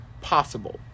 possible